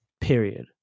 Period